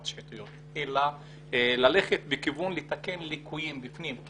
שחיתויות אלא ללכת בכיוון של תיקון ליקויים בפנים.